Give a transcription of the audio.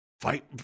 fight